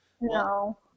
no